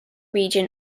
region